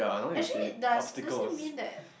actually does does it mean that